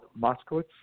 Moskowitz